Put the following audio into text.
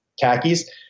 khakis